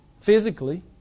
physically